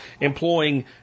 employing